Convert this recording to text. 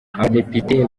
abadepite